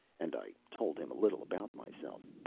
and i told him a little about myself.